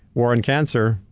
war on cancer,